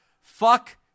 fuck